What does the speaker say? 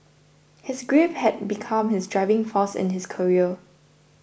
his grief had become his driving force in his career